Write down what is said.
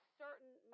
certain